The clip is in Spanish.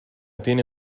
tiene